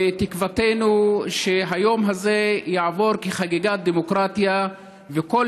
ותקוותנו שהיום הזה יעבור כחגיגת דמוקרטיה וכל